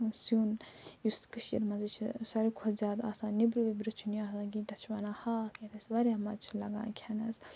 سیُن یُس کٔشیٖرِ منٛزٕے چھِ ساروٕے کھۄتہٕ زیادٕ آسان نٮ۪برٕ وٮ۪برٕ چھُنہٕ یہِ آسان کیٚنٛہہ تَتھ چھِ وَنان ہاکھ یَتھ اَسہِ وارِیاہ مَزٕ چھُ لگان کھٮ۪نس